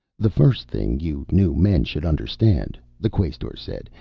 the first thing you new men should understand, the quaestor said,